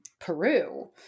Peru